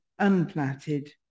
unplatted